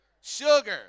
Sugar